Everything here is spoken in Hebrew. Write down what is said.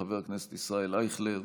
חבר הכנסת ישראל אייכלר.